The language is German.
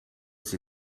sie